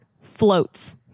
floats